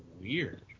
weird